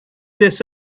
this